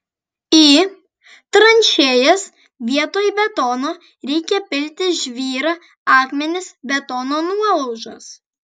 į tranšėjas vietoj betono reikia pilti žvyrą akmenis betono nuolaužas